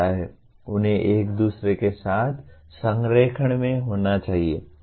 उन्हें एक दूसरे के साथ संरेखण में होना चाहिए